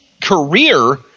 career